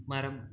மரம்